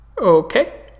okay